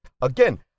Again